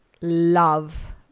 love